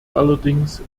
allerdings